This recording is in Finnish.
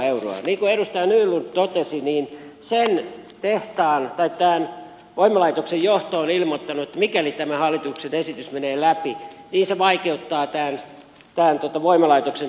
niin kuin edustaja nylund totesi tämän voimalaitoksen johto on ilmoittanut että mikäli tämä hallituksen esitys menee läpi se vaikeuttaa tämän voimalaitoksen toimintaa